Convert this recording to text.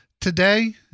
today